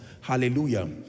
Hallelujah